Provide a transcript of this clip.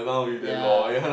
ya